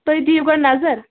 تُہۍ دِیِو گۄڈٕ نظر